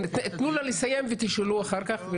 תנו לה לסיים ותשאלו אחר כך.